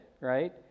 right